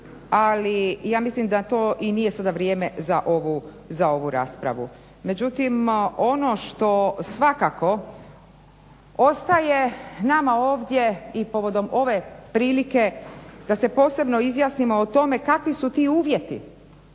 Ali ja mislim da to i nije sada vrijeme za ovu raspravu. Međutim, ono što svakako ostaje nama ovdje i povodom ove prilike da se posebno izjasnimo o tome kakvi su ti uvjeti.